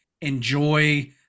enjoy